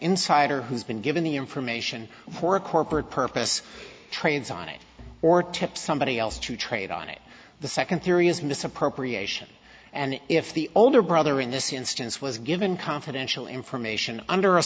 insider who's been given the information for a corporate purpose trades on it or tip somebody else to trade on it the second theory is misappropriation and if the older brother in this instance was given confidential information under a